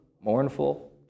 mournful